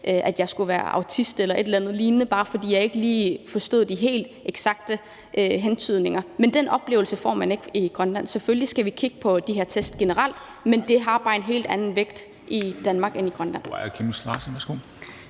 at jeg skulle være autist eller et eller andet lignende, bare fordi jeg ikke lige forstod de helt eksakte hentydninger. Men den oplevelse får man ikke i Grønland. Selvfølgelig skal vi kigge på de her test generelt, men det har bare en helt anden vægt i Danmark, end det har i Grønland.